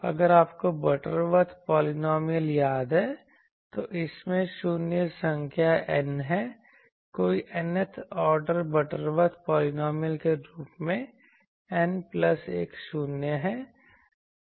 अगर आपको Butterworth polynomial याद है तो इसमें शून्य संख्या n है कोई nth ऑर्डर बटरवर्थ पॉलिनॉमियल के रूप में n प्लस 1 शून्य है